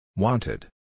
Wanted